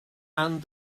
and